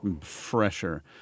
fresher